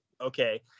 okay